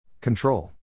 Control